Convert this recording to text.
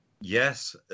Yes